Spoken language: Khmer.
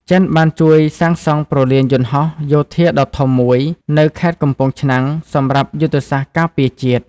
ចិនបានជួយសាងសង់ព្រលានយន្តហោះយោធាដ៏ធំមួយនៅខេត្តកំពង់ឆ្នាំងសម្រាប់យុទ្ធសាស្ត្រការពារជាតិ។